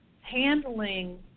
handling